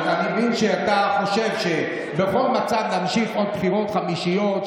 אתה מבין שאתה חושב שבכל מצב נמשיך עוד לבחירות חמישיות,